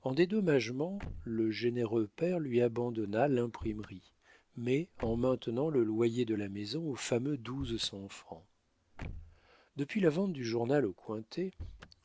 en dédommagement le généreux père lui abandonna l'imprimerie mais en maintenant le loyer de la maison aux fameux douze cents francs depuis la vente du journal aux cointet